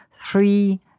three